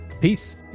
Peace